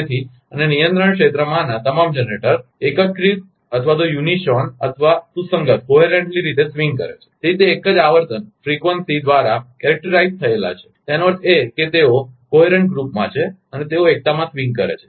તેથી અને નિયંત્રણ ક્ષેત્રમાંના તમામ જનરેટર એકીકૃત અથવા સુસંગત રીતે સ્વિંગ કરે છે અને તે એક જ આવર્તનફ્રિકવંસી દ્વારા વર્ગીકૃત થયેલ છે એનો અર્થ એ કે તેઓ સુસંગત જૂથમાં છે તેઓ એકતામાં સ્વિંગ કરે છે